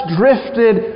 drifted